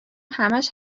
همش